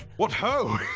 what ho!